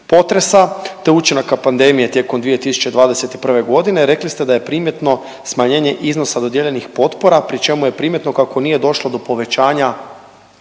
potresa te učinaka pandemije tijekom 2021. g., rekli ste da je primjetno smanjenje iznosa dodijeljenih potpora, pri čemu je primjetno kako nije došlo do povećanja